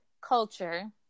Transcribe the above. culture